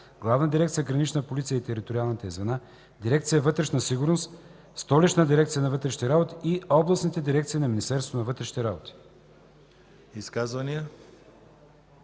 Главна дирекция „Гранична полиция” и териториалните й звена, дирекция „Вътрешна сигурност”, Столичната дирекция на вътрешните работи и областните дирекции на Министерството на вътрешните работи;”.